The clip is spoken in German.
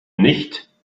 nicht